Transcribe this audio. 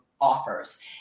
offers